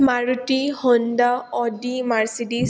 Maruti Honda Audi Mercedes